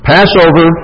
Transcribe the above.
Passover